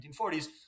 1940s